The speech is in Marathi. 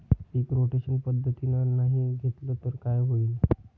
पीक रोटेशन पद्धतीनं नाही घेतलं तर काय होईन?